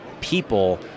people